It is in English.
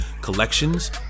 Collections